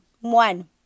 One